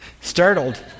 startled